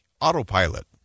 autopilot